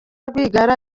rwigara